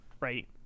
right